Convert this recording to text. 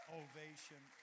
ovation